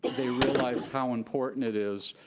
but they realize how important it is